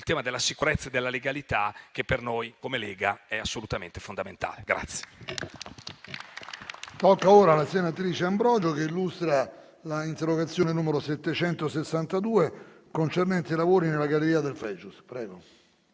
tema della sicurezza e della legalità che per noi, come Lega, è assolutamente fondamentale.